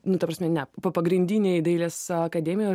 nu ta prasme ne pa pagrindinėj dailės akademijoj